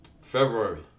February